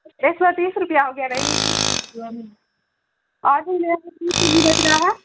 ایک سو تیس روپیہ ہو گیا رہی اور میرا بچ رہا ہے